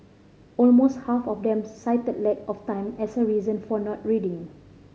almost half of them cited lack of time as a reason for not reading